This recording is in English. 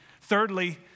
Thirdly